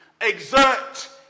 exert